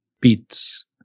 beats